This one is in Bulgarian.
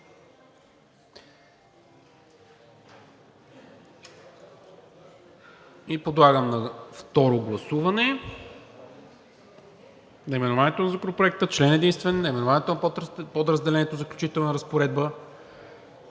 Подлагам на второ гласуване наименованието на Законопроекта, член единствен, наименованието на Подразделението „Заключителна разпоредба“